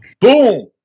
Boom